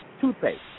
toothpaste